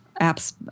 apps